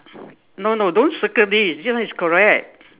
no no don't circle this this one is correct